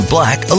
Black